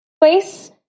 place